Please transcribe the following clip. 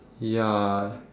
ya